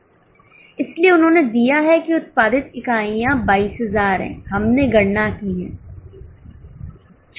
इसलिए उन्होंने दिया है कि उत्पादित इकाइयाँ 22000 हैं हमने गणना की है